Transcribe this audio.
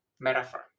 metaphor